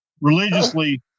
religiously